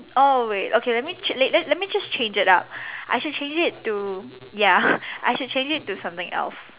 oh wait okay let me change let let let me just change it up I should change it to ya I should change it to something else